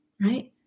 right